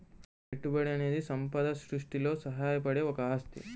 పెట్టుబడి అనేది సంపద సృష్టిలో సహాయపడే ఒక ఆస్తి